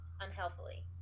unhealthily